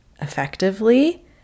effectively